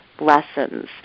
lessons